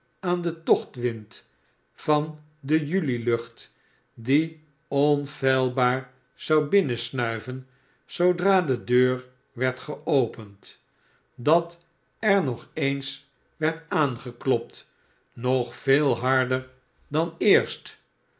aan den tochtwind van de julilucht die onfeilbaar zou binnensnuiven zoodra de deur werd geopend dat er nog eens werd aangeklopt nog veel harder dan eerst